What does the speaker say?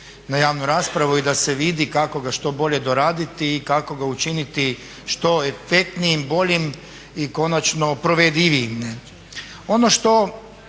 na javnu raspravu i da se vidi kako ga što bolje doraditi i kako ga učiniti što efektnijim, boljim i konačno provedljivijim.